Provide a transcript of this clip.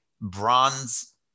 bronze